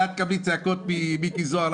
ואת תקבלי צעקות ממיקי זוהר,